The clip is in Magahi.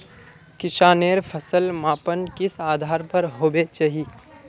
किसानेर फसल मापन किस आधार पर होबे चही?